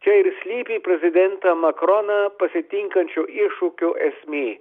čia ir slypi prezidentą makroną pasitinkančių iššūkių esmė